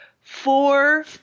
four